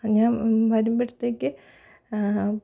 ഞാ വരുമ്പോഴത്തേക്ക്